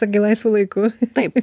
tu gi laisvu laiku taip